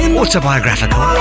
autobiographical